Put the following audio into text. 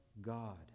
God